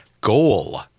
goal